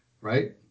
right